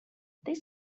this